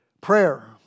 Prayer